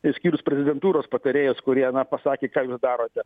išskyrus prezidentūros patarėjus kurie pasakė ką jūs darote